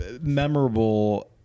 memorable